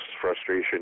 frustration